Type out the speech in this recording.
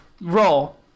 Roll